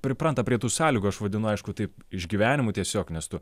pripranta prie tų sąlygų aš vadinu aišku taip išgyvenimu tiesiog nes tu